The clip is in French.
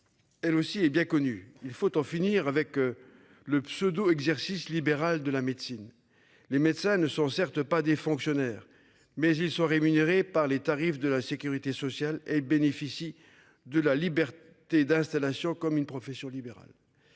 Elle aussi est bien connu. Il faut en finir avec. Le pseudo exercice libéral de la médecine. Les médecins ne sont certes pas des fonctionnaires mais ils sont rémunérés par les tarifs de la Sécurité sociale et bénéficie de la liberté d'installation comme une profession libérale.